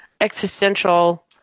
existential